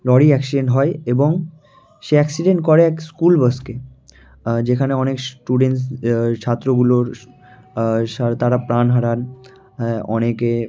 lorry accident হয় এবং সে অ্যাক্সিডেন্ট করে এক স্কুলবাসকে যেখানে অনেক স্টুডেন্টস ছাত্রগুলোর সার তারা প্রাণ হারান অনেকে